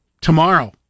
Tomorrow